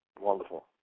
Wonderful